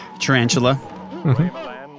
Tarantula